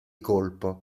colpo